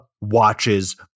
watches